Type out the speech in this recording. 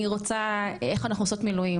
"אני רוצה איך אנחנו עושות מילואים,